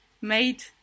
made